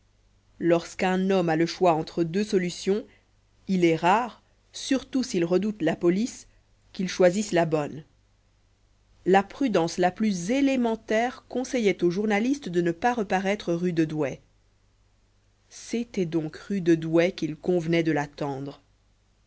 lorsqu'un homme a le choix entre deux solutions il est rare surtout s'il redoute la police qu'il choisisse la bonne la prudence la plus élémentaire conseillait au journaliste de ne pas reparaître rue de douai c'était donc rue de douai qu'il convenait de l'attendre